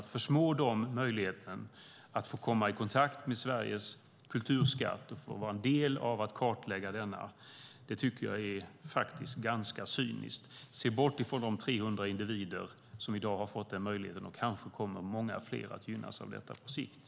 Att missunna dem möjligheten att få komma i kontakt med Sveriges kulturskatt och få vara en del av att kartlägga denna tycker jag är ganska cyniskt - att se bort ifrån de 300 individer som i dag har fått den möjligheten. Kanske kommer många fler att gynnas av detta på sikt.